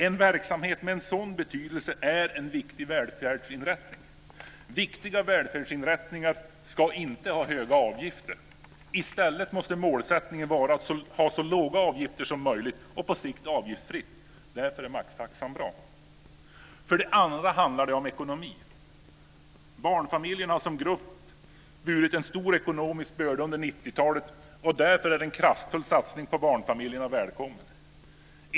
En verksamhet med en sådan betydelse är en viktig välfärdsinrättning. Viktiga välfärdsinrättningar ska inte ha höga avgifter. I stället måste målsättningen vara att ha så låga avgifter som möjligt och på sikt avgiftsfritt. Därför är maxtaxan bra! För det andra handlar det om ekonomi. Barnfamiljerna som grupp har burit en stor ekonomisk börda under 90-talet, och därför är en kraftfull satsning på barnfamiljerna välkommen.